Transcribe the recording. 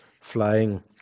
flying